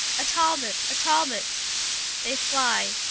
a talbot, a talbot they flye,